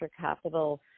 capital